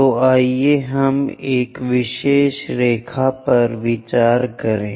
तो आइए हम एक विशेष रेखा पर विचार करें